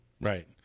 Right